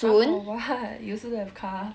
!huh! for what you also don't have car